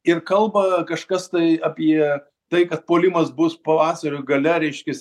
ir kalba kažkas tai apie tai kad puolimas bus pavasario gale reiškias